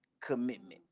commitment